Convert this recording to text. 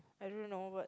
I don't know but